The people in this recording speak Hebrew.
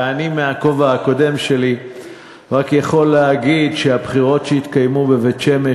ואני בכובע הקודם שלי רק יכול להגיד שבבחירות שהתקיימו בבית-שמש,